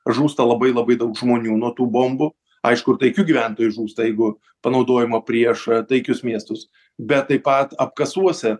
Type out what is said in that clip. žūsta labai labai daug žmonių nuo tų bombų aišku ir taikių gyventojų žūsta jeigu panaudojimo priešą taikius miestus bet taip pat apkasuose